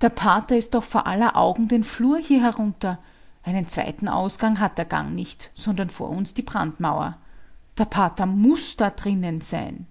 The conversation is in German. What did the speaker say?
der pater ist doch vor aller augen den flur hier herunter einen zweiten ausgang hat der gang nicht sondern vor uns die brandmauer der pater muß da drinnen sein